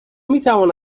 میتوان